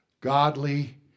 Godly